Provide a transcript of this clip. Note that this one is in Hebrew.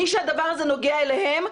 מי שהדבר הזה נוגע אליו,